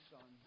Son